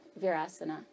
virasana